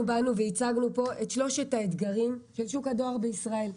הצגנו פה את שלושת האתגרים של שוק הדואר בישראל,